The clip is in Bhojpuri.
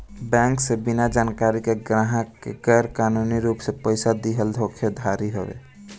बैंक से बिना जानकारी के ग्राहक के गैर कानूनी रूप से पइसा लीहल धोखाधड़ी होला